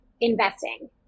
investing